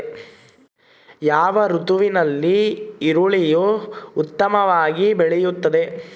ಯಾವ ಋತುವಿನಲ್ಲಿ ಈರುಳ್ಳಿಯು ಉತ್ತಮವಾಗಿ ಬೆಳೆಯುತ್ತದೆ?